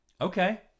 Okay